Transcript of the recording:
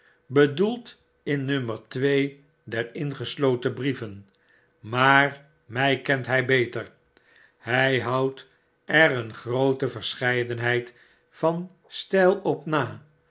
bedoeld in nummer twee der ingesloten brieven maar mij kent hij beter hij houdt er een groote verscheidenheidvan stijl op na